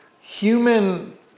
human